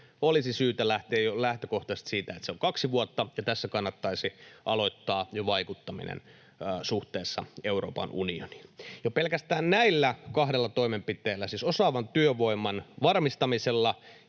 Olisi syytä lähteä jo lähtökohtaisesti siitä, että se on kaksi vuotta, ja tässä kannattaisi jo aloittaa vaikuttaminen suhteessa Euroopan unioniin. Jo pelkästään näillä kahdella toimenpiteellä — siis osaavan työvoiman varmistamisella